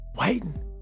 waiting